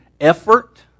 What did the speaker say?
effort